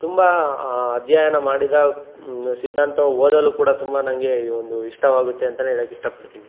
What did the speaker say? ತುಂಬ ಅಧ್ಯಯನ ಮಾಡಿದ ಸಿದ್ಧಾಂತ ಓದಲು ಕೂಡ ತುಂಬ ನನಗೆ ಈ ಒಂದು ಇಷ್ಟವಾಗುತ್ತೆ ಅಂತಲೇ ಹೇಳೋಕ್ಕೆ ಇಷ್ಟಪಡ್ತೀನಿ